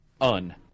un